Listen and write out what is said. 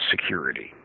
security